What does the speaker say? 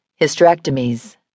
hysterectomies